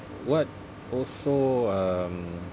what also um